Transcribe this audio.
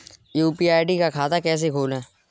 UPI का खाता कैसे खोलें?